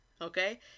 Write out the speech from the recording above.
okay